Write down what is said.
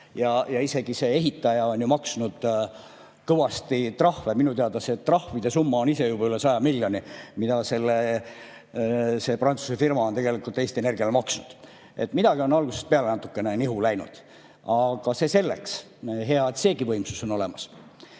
hädasid ja ehitaja on maksnud isegi kõvasti trahve. Minu teada on trahvide summa ise juba üle 100 miljoni, mis see Prantsuse firma on Eesti Energiale maksnud. Midagi on algusest peale natuke nihu läinud. Aga see selleks. Hea, et seegi võimsus on olemas.